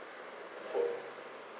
four